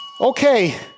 Okay